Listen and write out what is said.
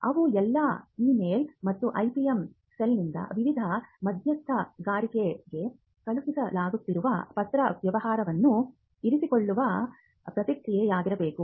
ಅವು ಎಲ್ಲಾ ಇಮೇಲ್ ಮತ್ತು IPM ಸೆಲ್ನಿಂದ ವಿವಿಧ ಮಧ್ಯಸ್ಥಗಾರರಿಗೆ ಕಳುಹಿಸಲಾಗುತ್ತಿರುವ ಪತ್ರವ್ಯವಹಾರವನ್ನು ಇರಿಸಿಕೊಳ್ಳುವ ಪ್ರಕ್ರಿಯೆಯಾಗಿರಬೇಕು